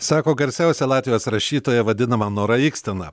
sako garsiausia latvijos rašytoja vadinama nora ikstena